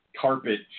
carpet